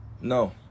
No